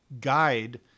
Guide